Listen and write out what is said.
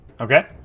Okay